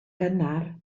gynnar